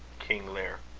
king lear.